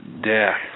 Death